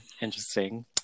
Interesting